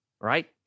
right